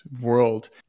world